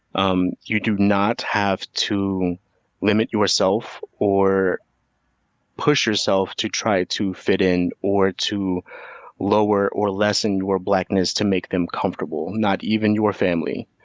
um you do not have to limit yourself or push yourself to try to fit in, or to lower or lessen your blackness to make them comfortable. not even your family.